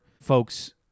folks